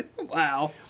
Wow